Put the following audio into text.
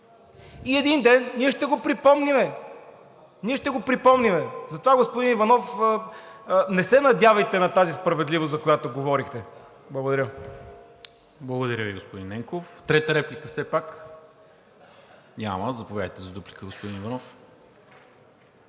и един ден ние ще го припомним. Ние ще го припомним! Затова, господин Иванов, не се надявайте на тази справедливост, за която говорите. Благодаря. ПРЕДСЕДАТЕЛ НИКОЛА МИНЧЕВ: Благодаря Ви, господин Ненков. Трета реплика? Няма. Заповядайте за дуплика, господин Иванов.